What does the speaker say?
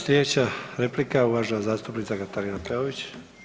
Slijedeća replika uvažena zastupnica Katarina Peović.